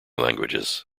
languages